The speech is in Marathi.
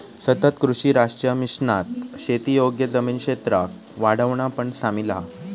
सतत कृषी राष्ट्रीय मिशनात शेती योग्य जमीन क्षेत्राक वाढवणा पण सामिल हा